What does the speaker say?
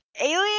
alien